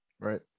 Right